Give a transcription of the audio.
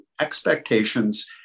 expectations